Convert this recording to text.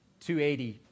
280